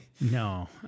No